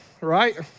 right